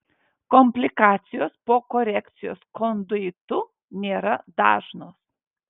komplikacijos po korekcijos konduitu nėra dažnos